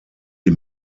die